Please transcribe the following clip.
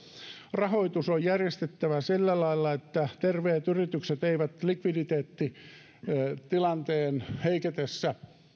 rahoitus on järjestettävä sillä lailla että terveet yritykset eivät likviditeettitilanteen heiketessä